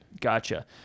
Gotcha